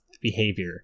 behavior